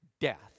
death